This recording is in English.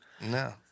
No